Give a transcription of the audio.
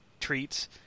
treats